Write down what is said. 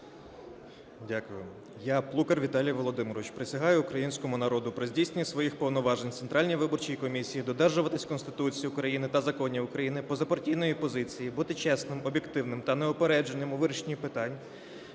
Ю.О. Я, Фрицький Юрій Олегович, присягаю Українському народу при здійсненні своїх повноважень у Центральній виборчій комісії додержуватися Конституції України та законів України, позапартійної позиції, бути чесним, об'єктивним і неупередженим у вирішені питань,